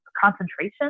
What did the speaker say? concentration